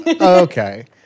Okay